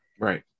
Right